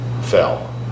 fell